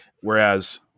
Whereas